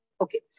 Okay